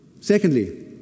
Secondly